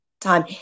time